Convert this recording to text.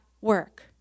work